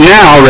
now